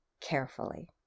carefully